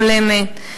הולמת,